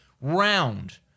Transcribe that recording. round